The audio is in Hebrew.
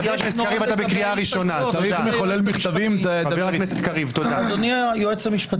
יש נוהל לגבי ההסתייגויות, אדוני היועץ המשפטי.